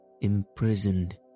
imprisoned